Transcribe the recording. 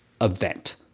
event